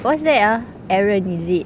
what's that ah aaron is it